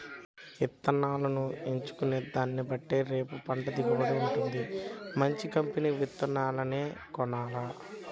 ఇత్తనాలను ఎంచుకునే దాన్నిబట్టే రేపు పంట దిగుబడి వుంటది, మంచి కంపెనీ విత్తనాలనే కొనాల